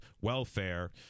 welfare